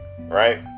right